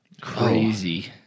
Crazy